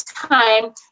time